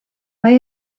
mae